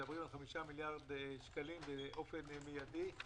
מדברים על 5 מיליארד שקלים באופן מיידי.